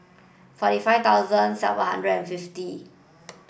forty five thousand seven hundred and fifty